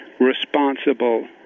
responsible